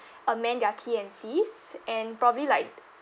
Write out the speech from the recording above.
amend their T&C's and probably like